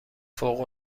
فوق